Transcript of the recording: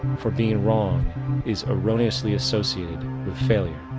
for being wrong is erroneously associated with failure.